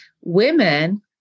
women